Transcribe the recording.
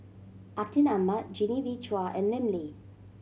Atin Amat Genevieve Chua and Lim Lee